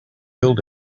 build